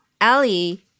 Ali